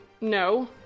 No